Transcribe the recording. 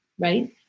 right